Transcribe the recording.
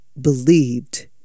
believed